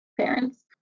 parents